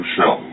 Show